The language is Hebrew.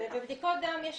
בבדיקות דם יש